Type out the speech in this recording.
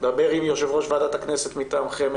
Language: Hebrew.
דבר עם יושב ראש ועדת הכנסת מטעמכם,